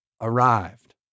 arrived